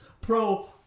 pro